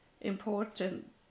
important